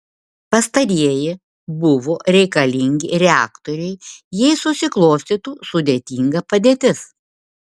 pastarieji buvo reikalingi reaktoriui jei susiklostytų sudėtinga padėtis